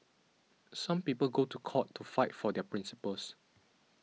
some people go to court to fight for their principles